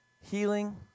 healing